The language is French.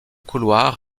couloirs